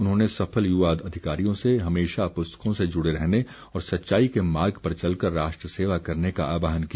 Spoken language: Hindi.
उन्होंने सफल युवा अधिकारियों से हमेशा पुस्तकों से जुड़े रहने और सच्चाई के मार्ग पर चलकर राष्ट्रसेवा करने का आहवान किया